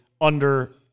under-